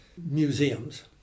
museums